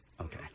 Okay